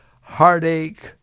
heartache